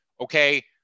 okay